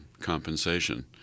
compensation